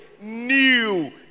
new